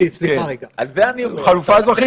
החלופה האזרחית